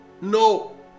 No